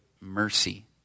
mercy